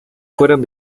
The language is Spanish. fueron